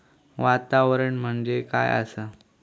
वातावरण म्हणजे काय आसा?